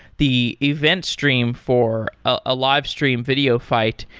the event stream for a live stream video fight,